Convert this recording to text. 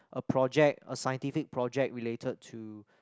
a project a scientific project related